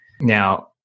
Now